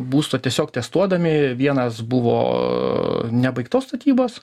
būsto tiesiog testuodami vienas buvo nebaigtos statybos